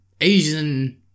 Asian